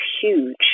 huge